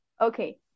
okay